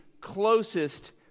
closest